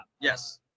yes